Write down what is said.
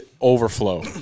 overflow